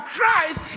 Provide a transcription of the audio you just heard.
Christ